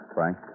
Frank